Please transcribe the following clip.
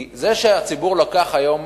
כי זה שהציבור לקח היום,